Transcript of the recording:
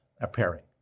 appearing